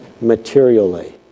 materially